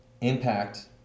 Impact